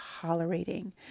tolerating